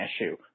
issue